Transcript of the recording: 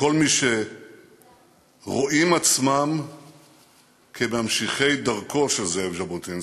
וכל מי שרואים עצמם ממשיכי דרכו של זאב ז'בוטינסקי,